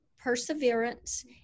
Perseverance